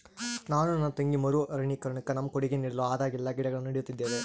ನಾನು ನನ್ನ ತಂಗಿ ಮರು ಅರಣ್ಯೀಕರಣುಕ್ಕ ನಮ್ಮ ಕೊಡುಗೆ ನೀಡಲು ಆದಾಗೆಲ್ಲ ಗಿಡಗಳನ್ನು ನೀಡುತ್ತಿದ್ದೇವೆ